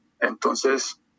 entonces